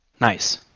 Nice